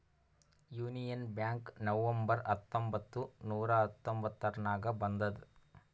union Bank November ಹತ್ತೊಂಬತ್ತ್ ನೂರಾ ಹತೊಂಬತ್ತುರ್ನಾಗ್ ಬಂದುದ್